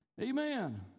Amen